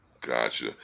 Gotcha